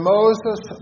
Moses